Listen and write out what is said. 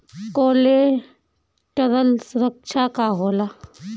Collateral सुरक्षा का होला?